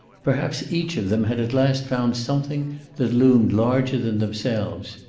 perhaps each of them had at last found something that loomed larger than themselves.